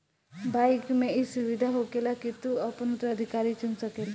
bike मे ई सुविधा होखेला की तू आपन उत्तराधिकारी चुन सकेल